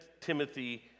Timothy